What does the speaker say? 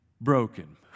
broken